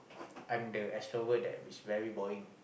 I'm the extrovert that is very boring